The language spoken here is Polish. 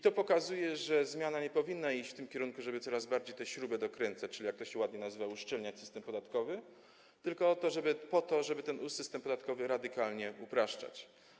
To pokazuje, że zmiana nie powinna iść w tym kierunku, żeby coraz bardziej tę śrubę dokręcać, czyli, jak to się ładnie nazywa, uszczelniać system podatkowy, tylko w tym, żeby ten system podatkowy radykalnie upraszczać.